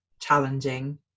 challenging